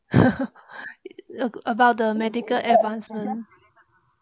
about the medical advancement